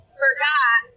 forgot